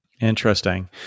Interesting